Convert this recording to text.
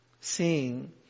Seeing